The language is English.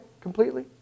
completely